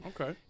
okay